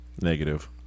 Negative